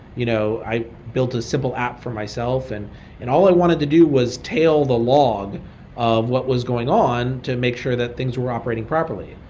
you know i built a simple app for myself and and all i wanted to do was tail the log of what was going on to make sure that things were operating properly.